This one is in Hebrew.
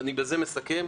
אני בזה מסכם.